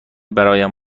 برایم